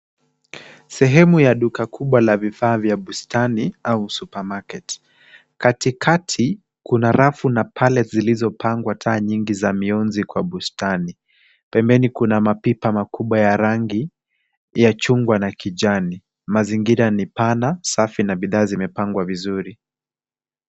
Sehemu ya duka kubwa la vifaa vya bustani au supermarket . Katikati kuna rafu na pallets zilizopangwa taa nyingi za miunzi kwa bustani. Pembeni kuna mapipa makubwa ya rangi ya chungwa na kijani. Mazingira ni pana, safi na bidhaa zimepangwa vizuri.